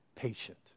patient